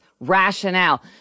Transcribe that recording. rationale